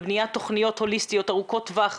בבניית תוכניות הוליסטיות ארוכות טווח,